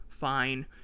fine